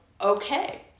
okay